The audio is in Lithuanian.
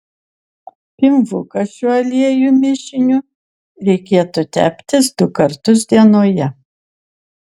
pilvuką šiuo aliejų mišiniu reikėtų teptis du kartus dienoje